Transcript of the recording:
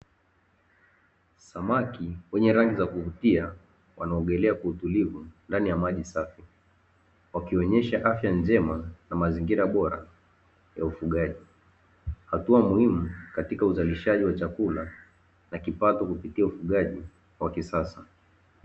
Samaki wenye rangi za kuvutia wanaogelea kwa utulivu ndani ya maji safi, wakionyesha afya njema na mazingira bora ya ufugaji. Hatua muhimu katika uzalishaji wa chakula na kipato kupitia ufugaji wa kisasa.